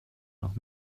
nach